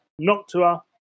Noctua